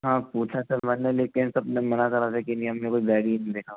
हाँ पूछा था मैंने लेकिन सब ने मना करा था कि नहीं हम ने कोई बैग नहीं देखा